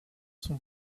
son